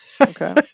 Okay